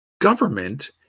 Government